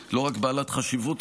לא רק בעלת חשיבות עצומה,